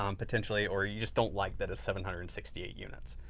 um potentially or you just don't like that at seven hundred and sixty eight units.